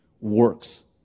works